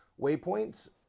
waypoints